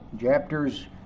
chapters